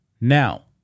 Now